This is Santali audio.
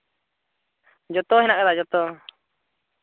ᱡᱚᱛᱚ ᱦᱮᱱᱟᱜ ᱠᱟᱫᱟ ᱡᱚᱛᱚ